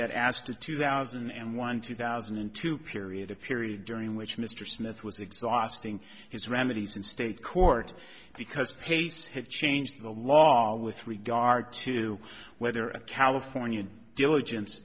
that as to two thousand and one two thousand and two period a period during which mr smith was exhausting his remedies in state court because pace had changed the law with regard to whether a california diligence